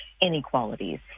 inequalities